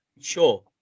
Sure